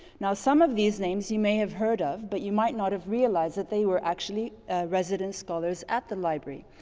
now, some of these names you may have heard of, but you might not have realized that they were actually resident scholars at the library,